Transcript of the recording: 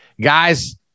guys